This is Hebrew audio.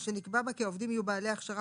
או שנקבע בה כי העובדים יהיו בעלי הכשרה